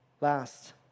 Last